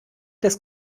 des